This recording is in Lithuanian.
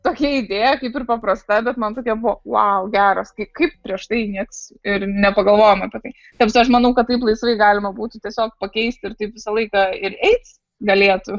tokia idėja kaip ir paprasta bet man tokia buvo vau geras kai kaip prieš tai nieks ir nepagalvojom apie tai ta prasme aš manau kad taip laisvai galima būtų tiesiog pakeisti ir taip visą laiką ir eis galėtų